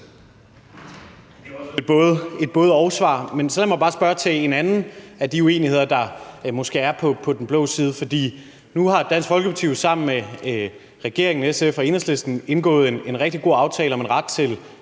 Det var et både-og-svar. Men lad mig så spørge om en anden uenighed, der måske er på den blå side. Nu har Dansk Folkeparti sammen med regeringen, SF og Enhedslisten indgået en rigtig god aftale om en ret til